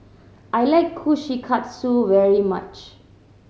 I like Kushikatsu very much